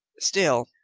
still,